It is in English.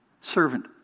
servant